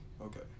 Okay